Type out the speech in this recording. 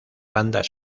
bandas